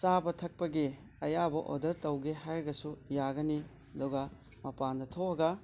ꯆꯥꯕ ꯊꯛꯄꯒꯤ ꯑꯌꯥꯕ ꯑꯣꯔꯗꯔ ꯇꯧꯒꯦ ꯍꯥꯏꯔꯒꯁꯨ ꯌꯥꯒꯅꯤ ꯑꯗꯨꯨꯒ ꯃꯄꯥꯟꯗ ꯊꯣꯛꯑꯒ